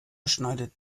schneidet